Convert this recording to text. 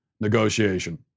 negotiation